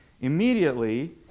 Immediately